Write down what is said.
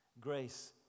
Grace